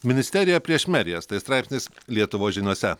ministerija prieš merijas tai straipsnis lietuvos žiniose